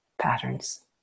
patterns